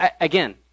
again